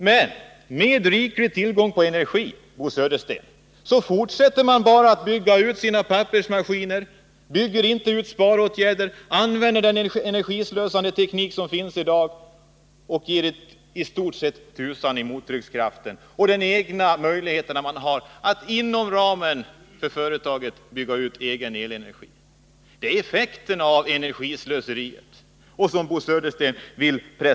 Men, Bo Södersten, med en riklig tillgång på energi fortsätter man ju bara att installera pappersmaskiner och att bygga ut verksamheten. Man inför inte sparåtgärder utan använder sig av den energislösande teknik som vi har i dag. Man ger i stort sett tusan i mottryckskraften och i de egna möjligheterna att inom ramen för företagets verksamhet bygga ut egen energi. Det är ju effekten av det energislöseri som Bo Södersten talar för.